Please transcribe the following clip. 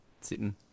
sitting